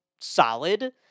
solid